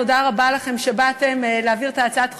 תודה רבה לכם שבאתם להעביר את הצעת החוק,